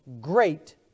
great